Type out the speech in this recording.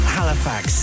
Halifax